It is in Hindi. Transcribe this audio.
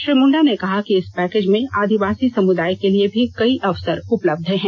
श्री मुंडा ने कहा कि इस पैकेज में आदिवासी समुदाय के लिए भी कई अवसर उपलब्ध हैं